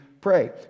pray